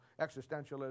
existentialism